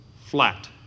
flat